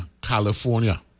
California